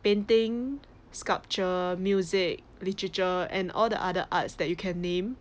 painting sculpture music literature and all the other arts that you can name